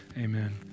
Amen